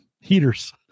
heaters